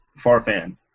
Farfan